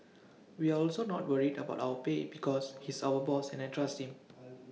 we are also not worried about our pay because he's our boss and I trust him